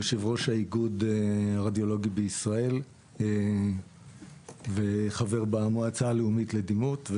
יושב ראש איגוד הרדיולוגים בישראל וחבר במועצה הלאומית לדימות,